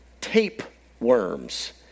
tapeworms